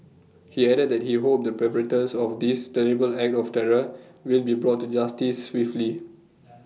he added that he hoped the of this terrible act of terror will be brought to justice swiftly